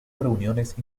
reuniones